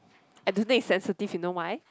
I don't think it's sensitive you know why